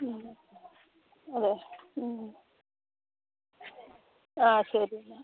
അതെ ആ ശരി